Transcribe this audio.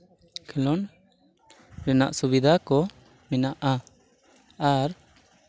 ᱠᱷᱮᱞᱳᱰ ᱨᱮᱱᱟᱜ ᱥᱩᱵᱤᱫᱷᱟ ᱠᱚ ᱢᱮᱱᱟᱜᱼᱟ ᱟᱨ